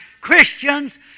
Christians